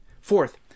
Fourth